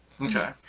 Okay